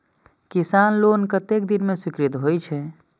किसान लोन कतेक दिन में स्वीकृत होई छै?